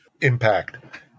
impact